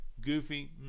goofy